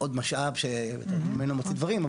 עוד משאב שאתה ממנו מוציא דברים,